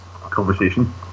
conversation